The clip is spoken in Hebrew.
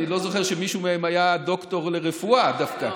אני לא זוכר שמישהו מהם היה דוקטור לרפואה דווקא.